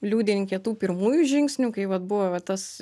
liudininkė tų pirmųjų žingsnių kai vat buvo va tas